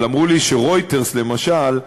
אבל אמרו לי ש"רויטרס", למשל,